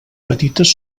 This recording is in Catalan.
petites